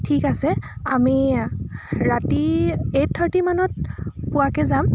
ঠিক আছে আমি ৰাতি এইট থাৰ্টি মানত পোৱাকৈ যাম